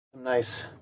Nice